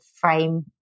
frame